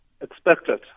expected